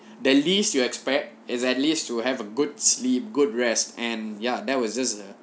the least you expect is at least to have a good sleep good rest and ya that was just a